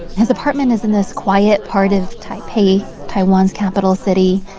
his apartment is in this quiet part of taipei, taiwan's capital city.